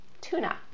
tuna